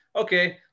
Okay